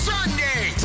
Sunday